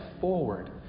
forward